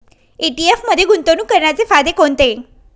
ETF मध्ये गुंतवणूक करण्याचे फायदे कोणते?